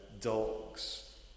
dogs